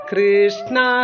Krishna